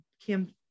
Kim